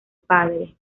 padre